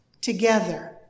together